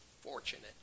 fortunate